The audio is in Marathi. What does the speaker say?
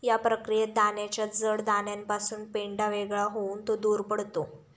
या प्रक्रियेत दाण्याच्या जड दाण्यापासून पेंढा वेगळा होऊन तो दूर पडतो